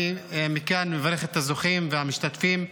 אני מברך מכאן את הזוכים והמשתתפים,